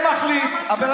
אתה שר הסייבר, שר הסייבר.